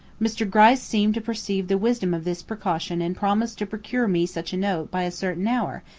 mr. gryce seemed to perceive the wisdom of this precaution and promised to procure me such a note by a certain hour,